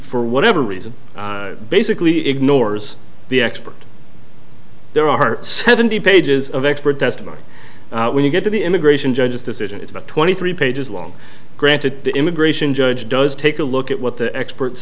for whatever reason basically ignores the expert there are seventy pages of expert testimony when you get to the immigration judge's decision it's about twenty three pages long granted the immigration judge does take a look at what the expert